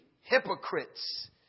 Hypocrites